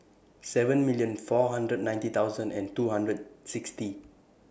seven million four hundred and ninety thousand and two hundred and sixty